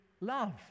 love